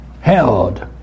held